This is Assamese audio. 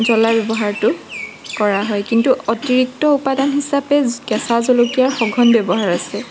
জ্বলাৰ ব্যৱহাৰটো কৰা হয় কিন্তু অতিৰিক্ত উপাদান হিচাপে কেঁচা জলকীয়াৰ সঘন ব্যৱহাৰ আছে